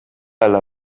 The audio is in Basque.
hala